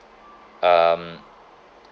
um